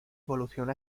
evolucionó